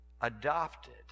adopted